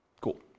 Cool